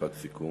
משפט סיכום.